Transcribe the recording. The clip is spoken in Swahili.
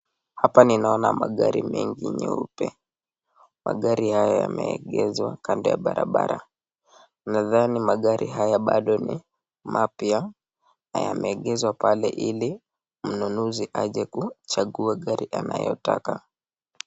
Hapa ninaona magari mengi nyeupe. Magari haya yameegazwa kando ya barabara. Nadhani magari haya bado ni mapya na yameegazwa pale ili mnunuzi aje kuchagua gari anayotaka.